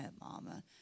Mama